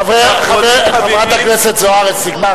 חברת הכנסת זוארץ, נגמר.